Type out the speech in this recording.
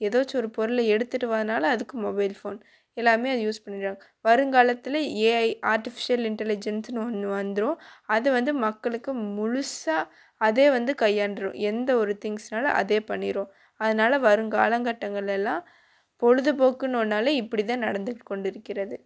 ஏதாச்சும் ஒரு பொருளை எடுத்துகிட்டு வானாலும் அதுக்கும் மொபைல்ஃபோன் எல்லாமே அது யூஸ் பண்ணிடுறாங்க வருங்காலத்தில் ஏஐ ஆர்ட்டிஃபிசியல் இன்டெலிஜென்ஸ்னு ஒன்னு வந்துடும் அது வந்து மக்களுக்கு முழுசாக அதே வந்து கையாண்டுரும் எந்த ஒரு திங்ஸ்னாலும் அதே பண்ணிடும் அதனால வருங்காலங்கட்டங்களில் எல்லாம் பொழுதுபோக்குன்னனாலே இப்படி தான் நடந்து கொண்டிருக்கிறது